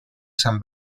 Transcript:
san